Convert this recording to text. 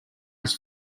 his